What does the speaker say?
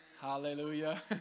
hallelujah